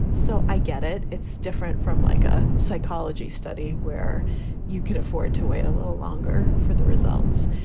so i get it. it's different from like a psychology study where you can afford to wait a little longer for the results.